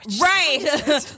Right